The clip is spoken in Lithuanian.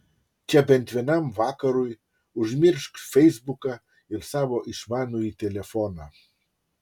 čia bent vienam vakarui užmiršk feisbuką ir savo išmanųjį telefoną